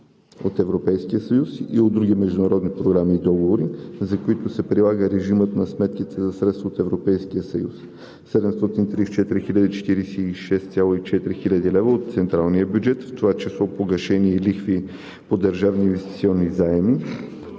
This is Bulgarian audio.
от Европейския съюз и от други международни програми и договори, за които се прилага режимът на сметките за средствата от Европейския съюз 734 46,4 хил. лв. от централния бюджет в това число погашения и лихви по държавни инвестиционни заеми